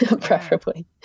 preferably